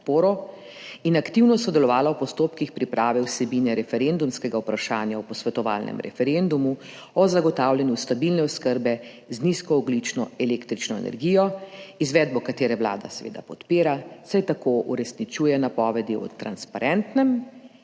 in aktivno sodelovala v postopkih priprave vsebine referendumskega vprašanja o posvetovalnem referendumu o zagotavljanju stabilne oskrbe z nizkoogljično električno energijo, izvedbo katerega vlada seveda podpira, saj tako uresničuje napovedi o transparentnem,